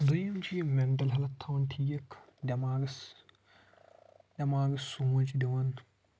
دٔیِم چھِ یہِ مینٹل ہیلتھ تھاوان ٹھیٖک دِٮ۪ماغس دٮ۪ماغس سونچھ دِوان